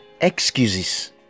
Excuses